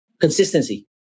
consistency